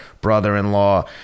brother-in-law